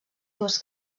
dues